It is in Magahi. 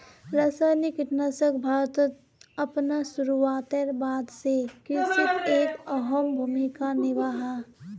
रासायनिक कीटनाशक भारतोत अपना शुरुआतेर बाद से कृषित एक अहम भूमिका निभा हा